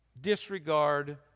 disregard